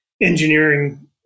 engineering